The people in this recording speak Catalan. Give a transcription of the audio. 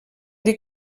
dir